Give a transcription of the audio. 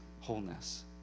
wholeness